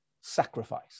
sacrifice